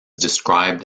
described